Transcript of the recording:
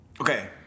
Okay